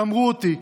גמרו אותי.